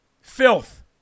filth